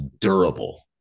durable